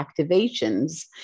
activations